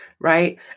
Right